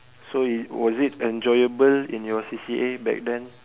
so it was it enjoyable in your C_C_A back then